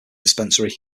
dispensary